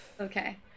okay